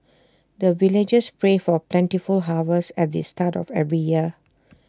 the villagers pray for plentiful harvest at the start of every year